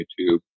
YouTube